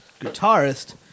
guitarist